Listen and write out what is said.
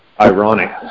ironic